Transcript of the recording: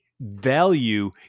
value